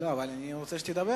לא, אבל אני רוצה שתדבר.